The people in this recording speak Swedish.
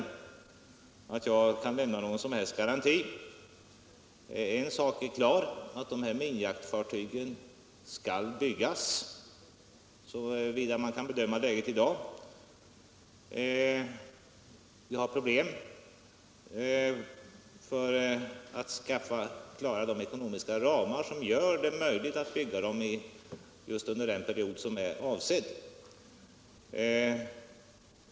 Såvitt jag kan bedöma läget i dag är det klart att dessa minfartyg 197 Om tidpunkten för skall byggas. Det kan bli problem med att få fram de ekonomiska ramar som gör det möjligt att bygga fartygen under den avsedda perioden.